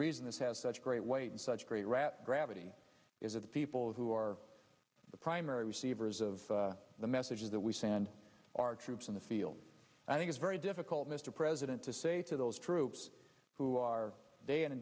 reason this has such great weight and such great rat gravity is of the people who are the primary receivers of the messages that we send our troops in the field i think it's very difficult mr president to say to those troops who are day